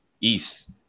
East